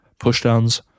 pushdowns